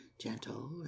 gentle